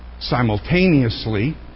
Simultaneously